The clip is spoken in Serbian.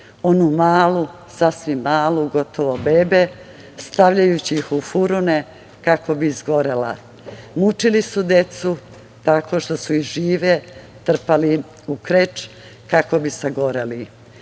onu malu, sasvim malu, gotovo bebe, stavljajući ih u furune kako bi izgorela. Mučili su decu tako što su ih žive trpali u kreč kako bi sagoreli. Ima